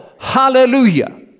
hallelujah